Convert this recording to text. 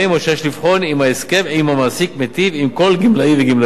או שיש לבחון אם ההסכם עם המעסיק מיטיב עם כל גמלאי וגמלאי.